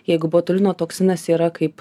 jeigu botulino toksinas yra kaip